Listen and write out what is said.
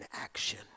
action